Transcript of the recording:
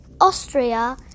Austria